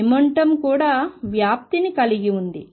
momentum కూడా వ్యాప్తిని కలిగి ఉంది